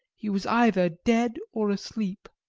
he was either dead or asleep,